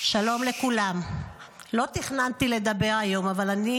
שלום לכולם, לא תכנתי לדבר היום אבל אני